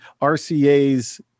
RCA's